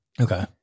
Okay